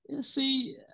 See